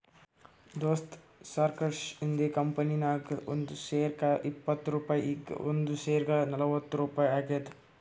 ದೋಸ್ತ ನಾಕ್ವರ್ಷ ಹಿಂದ್ ಕಂಪನಿ ನಾಗ್ ಒಂದ್ ಶೇರ್ಗ ಇಪ್ಪತ್ ರುಪಾಯಿ ಈಗ್ ಒಂದ್ ಶೇರ್ಗ ನಲ್ವತ್ ರುಪಾಯಿ ಆಗ್ಯಾದ್